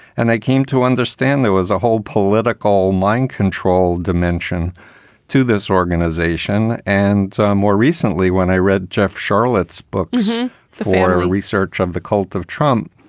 and i came to understand there was a whole political mind control dimension to this organization. and more recently, when i read jeff charlottes books for research of the cult of trump,